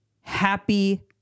Happy